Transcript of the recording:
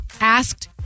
asked